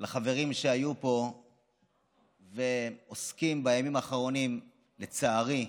לחברים שהיו פה ועוסקים בימים האחרונים, לצערי,